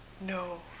No